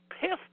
pissed